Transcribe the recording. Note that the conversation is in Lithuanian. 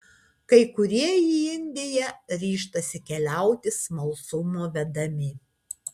kai kurie į indiją ryžtasi keliauti smalsumo vedami